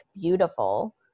beautiful